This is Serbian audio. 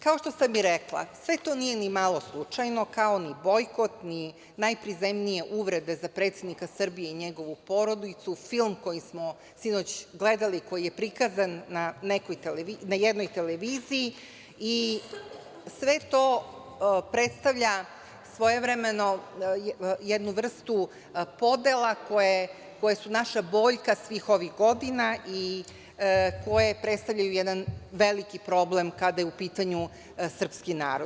Kao što sam i rekla, sve to nije nimalo slučajno, kao ni bojkot, ni najprizemnije uvrede za predsednika Srbije i njegovu porodicu, film koji smo sinoć gledali, koji je prikazan na jednoj televiziji, i sve to predstavlja svojevremeno jednu vrstu podela koje su naša boljka svih ovih godina i koje predstavljaju jedan veliki problem kada je u pitanju srpski narod.